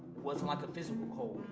wasn't like a physical cold.